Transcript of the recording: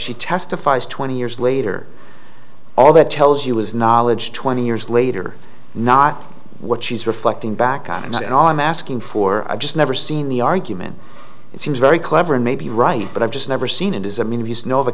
she testifies twenty years later all that tells you is knowledge twenty years later not what she's reflecting back on and i'm asking for i've just never seen the argument it seems very clever and maybe right but i've just never seen it is i mean